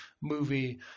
movie